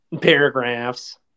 paragraphs